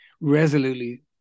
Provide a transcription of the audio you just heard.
resolutely